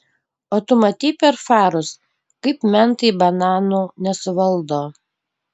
o tu matei per farus kaip mentai bananų nesuvaldo